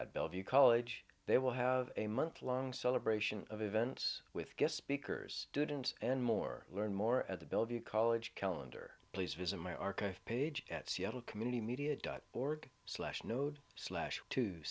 at bellevue college they will have a month long celebration of events with guest speakers students and more learn more at the bill of your college calendar please visit my archive page at seattle community media dot org slash node slash two